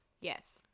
Yes